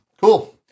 Cool